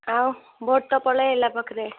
ଆଉ ଭୋଟ ତ ପଳେଇ ଆଇଲା ପାଖରେ